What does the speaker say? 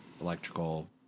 electrical